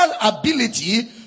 ability